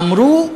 אמרו: